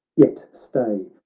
yet stay,